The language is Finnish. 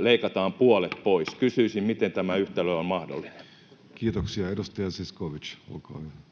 leikataan puolet pois. Kysyisin: miten tämä yhtälö on mahdollinen? [Speech 53] Speaker: Jussi Halla-aho